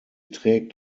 trägt